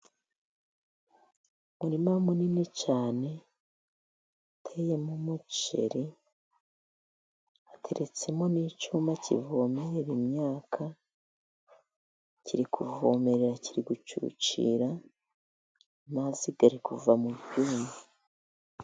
Umurima munini cyane uteyemo umuceri, hateretsemo n'icyuma kivomerera imyaka. Kiri kivomerera kiri gucucira, amazi ari kuva mu cyuma.